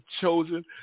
chosen